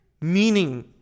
meaning